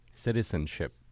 citizenship